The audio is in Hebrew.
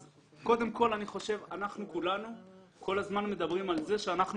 כולנו כל הזמן מדברים על זה שאנחנו